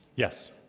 yes,